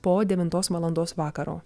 po devintos valandos vakaro